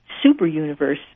super-universe